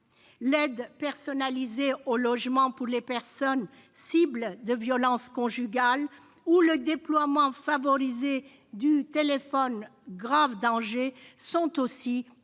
L'aide personnalisée au logement pour les personnes cibles de violences conjugales ou l'extension du déploiement du téléphone grave danger sont aussi de